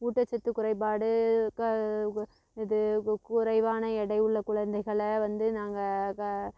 ஊட்டச்சத்து குறைபாடு இது குறைவான எடையுள்ள குழந்தைகளை வந்து நாங்கள் க